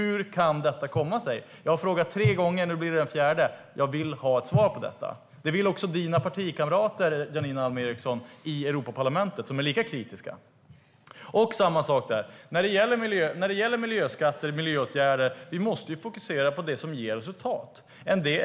Hur kan detta komma sig? Jag har frågat tre gånger; nu blir det den fjärde. Jag vill ha ett svar på detta. Det vill dina partikamrater i Europaparlamentet också. De är lika kritiska. Samma sak gäller i fråga om miljöskatter och miljöåtgärder. Vi måste fokusera på det som ger resultat.